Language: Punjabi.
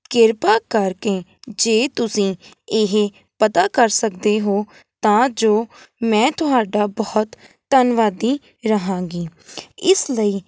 ਕਿਰਪਾ ਕਰਕੇ ਜੇ ਤੁਸੀਂ ਇਹ ਪਤਾ ਕਰ ਸਕਦੇ ਹੋ ਤਾਂ ਜੋ ਮੈਂ ਤੁਹਾਡਾ ਬਹੁਤ ਧੰਨਵਾਦੀ ਰਹਾਂਗੀ ਇਸ ਲਈ